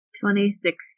2016